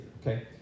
okay